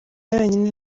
yonyine